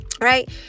right